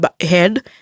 head